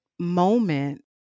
Moment